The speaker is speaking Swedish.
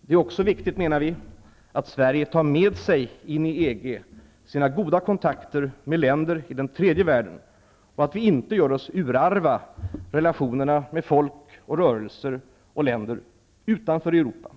Det är också viktigt, menar vi, att Sverige tar med sig in i EG sina goda kontakter med länder i tredje världen och att vi inte gör oss urarva när det gäller relationerna med folk, rörelser och länder utanför Europa.